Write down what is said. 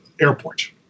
airport